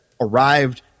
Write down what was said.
arrived